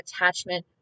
attachment